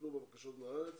שיטפלו בבקשות מהארץ